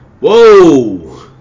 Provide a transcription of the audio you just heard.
Whoa